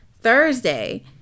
Thursday